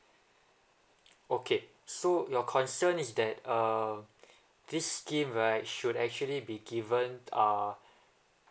okay so your concern is that um this scheme right should actually be given uh